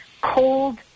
cold